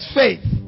faith